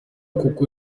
kuko